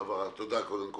הבהרה.